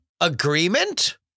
agreement